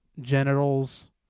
genitals